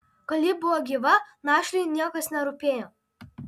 kol ji buvo gyva našliui niekas nerūpėjo